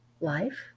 life